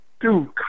Dude